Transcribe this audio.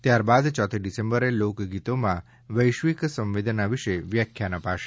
ત્યારબાદ ચોથી ડિસેમ્બરે લોકગીતોમાં વૈશ્વિક સંવદેના વિશે વ્યાખ્યાન અપાશે